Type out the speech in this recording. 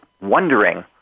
wondering